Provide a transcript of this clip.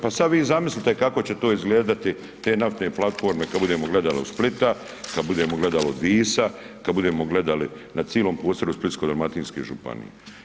Pa sad vi zamislite kako će to izgledati te naftne platforme kad budemo gledali od Splita, kada budemo gledali od Visa, kad budemo gledali na cilom prostoru Splitsko-dalmatinske županije.